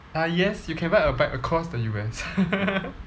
uh yes you can ride a bike across the U_S